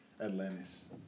Atlantis